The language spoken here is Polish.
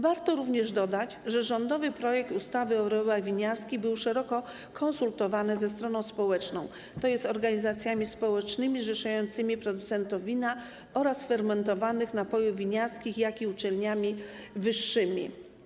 Warto również dodać, że rządowy projekt ustawy o wyrobach winiarskich był szeroko konsultowany ze stroną społeczną, tj. organizacjami społecznymi zrzeszającymi producentów wina oraz fermentowanych napojów winiarskich, jak również uczelniami wyższymi.